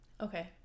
Okay